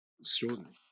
extraordinary